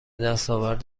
دستاورد